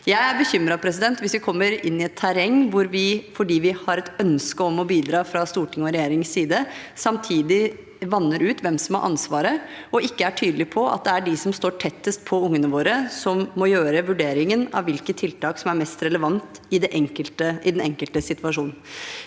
Jeg er bekymret for at vi kommer inn i et terreng hvor vi, fordi vi har et ønske om å bidra fra Stortingets og regjeringens side, samtidig vanner ut hvem som har ansvaret, og ikke er tydelige på at det er de som står tettest på ungene våre, som må gjøre vurderingen av hvilke tiltak som er mest relevante i den enkelte situasjonen.